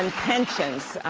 and pensions,